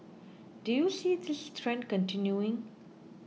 do you see this trend continuing